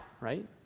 right